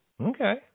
Okay